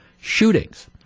shootings